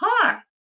car